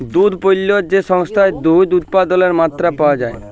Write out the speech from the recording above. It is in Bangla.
দুহুদ পল্য যে সংস্থায় দুহুদ উৎপাদলের মাত্রা পাউয়া যায়